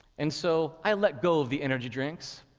and so i let go of the energy drinks,